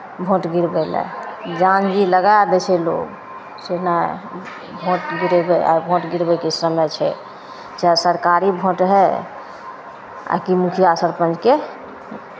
vote गिरबै लेल जान जी लगाय दै छै लोक से नहि भोट गिरबै आइ आइ भोट गिरबयके समय छै चाहे सरकारी भोट होय आ कि मुखिआ सरपञ्चके